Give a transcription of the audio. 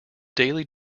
daily